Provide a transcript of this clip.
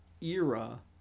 era